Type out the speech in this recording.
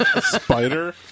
spider